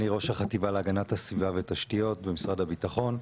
אני ראש החטיבה להגנת הסביבה ותשתיות במשרד הביטחון.